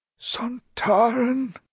Sontaran